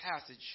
passage